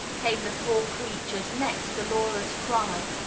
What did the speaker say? came the poor creature's next dolorous cry.